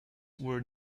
were